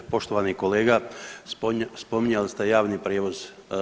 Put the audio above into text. Poštovani kolega, spominjali ste javni prijevoz.